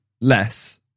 less